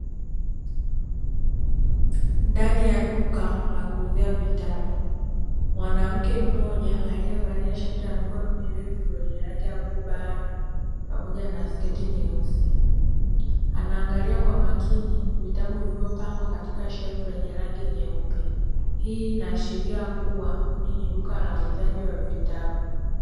Ndani ya duka, la kuuzia vitabu, mwanamke mmoja aliyevaa shati ya mikono mirefu ya rangi ya bluu bahari pamoja na sketi nyeusi anaangalia kwa makini vitabu vilivyopangwa katika shefu yenye rangi nyeupe. Hii inaashiria kuwa hili ni duka la uuzaji wa vitabu.